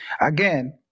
again